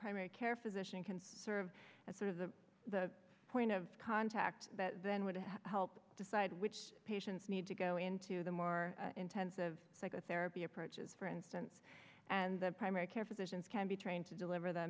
primary care physician can serve as sort of the the point of contact then would help decide which patients need to go into the more intensive psychotherapy approaches for instance and their primary care physicians can be trained to deliver the